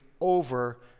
over